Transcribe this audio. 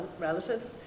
relatives